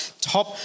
top